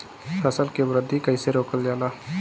फसल के वृद्धि कइसे रोकल जाला?